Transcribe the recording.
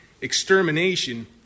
extermination